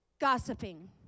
gossiping